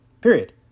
Period